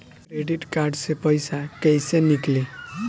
Credit card से पईसा केइसे निकली?